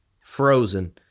frozen